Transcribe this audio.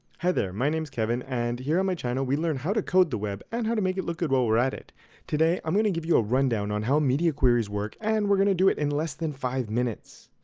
hi there, my name is kevin and here on my channel we learn how to code the web and make it look good while we're at it today, i'm going to give you a rundown on how media queries work and we're going to do it in less than five minutes!